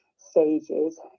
Stages